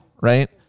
right